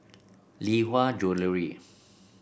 Lee Hwa Jewellery